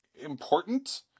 important